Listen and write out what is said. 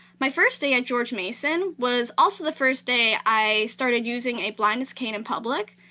my first day at george mason was also the first day i started using a blindness cane in public.